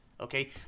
okay